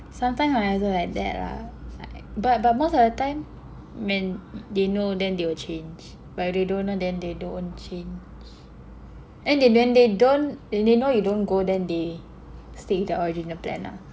sometimes I also like that lah but but most of the time when they know then they will change but if they don't know then they don't change and then when they don't when they know you do't go then they stay to the original plan lah